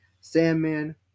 Sandman